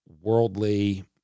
worldly